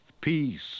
peace